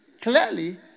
clearly